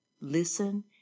listen